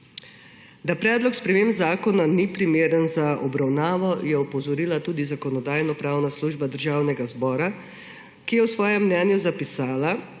Da predlog sprememb zakona ni primeren za obravnavo, je opozorila tudi Zakonodajno-pravna služba Državnega zbora, ki je v svojem mnenju zapisala,